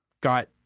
got